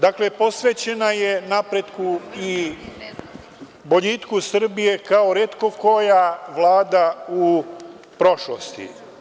Dakle, posvećena je napretku i boljitku Srbije kao retko koja Vlada u prošlosti.